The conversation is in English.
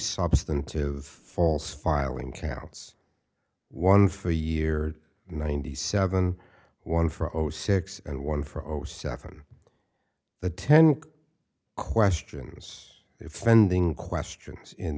substantive false filing counts one for years ninety seven one for zero six and one for over seven the ten questions if ending questions in